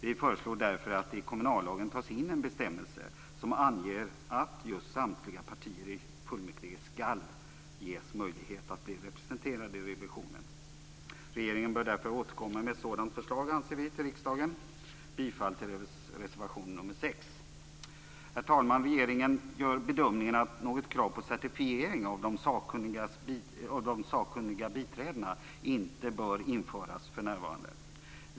Vi föreslår därför att det i kommunallagen tas in en bestämmelse som anger att just samtliga partier i fullmäktige skall ges möjlighet att bli representerade i revisionen. Regeringen bör därför återkomma med ett sådant förslag till riksdagen. Jag yrkar bifall till reservation nr 6. Herr talman! Regeringen gör bedömningen att något krav på certifiering av de sakkunniga biträdena för närvarande inte bör införas.